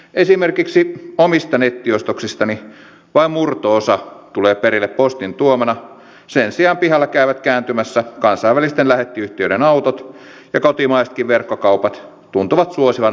esimerkiksi omista nettiostoksistani vain murto osa tulee perille postin tuomana sen sijaan pihalla käyvät kääntymässä kansainvälisten lähettiyhtiöiden autot ja kotimaisetkin verkkokaupat tuntuvat suosivan matkahuollon palvelua